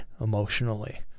emotionally